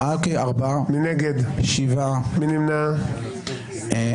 הצבעה לא אושרו.